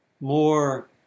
more